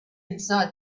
inside